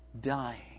dying